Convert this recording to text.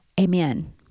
Amen